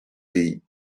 dei